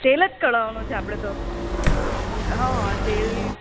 તેલ જ કઢાવવાનું છે આપણે તો હા અમુક હા તેલ